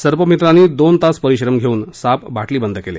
सर्पमित्रांनी दोन तास परिश्रम घेऊन साप बाटलीबंद केले